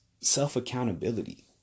self-accountability